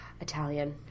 Italian